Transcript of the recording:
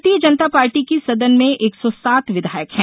भारतीय जनता पार्टी के सदन में एक सौ सात विधायक हैं